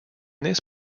this